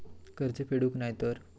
कर्ज फेडूक नाय तर?